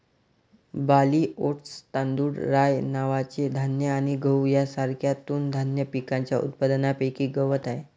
barley, oats, तांदूळ, rye नावाचे धान्य आणि गहू यांसारख्या तृणधान्य पिकांच्या उत्पादनापैकी गवत आहे